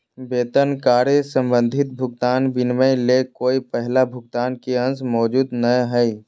वेतन कार्य संबंधी भुगतान विनिमय ले कोय पहला भुगतान के अंश मौजूद नय हइ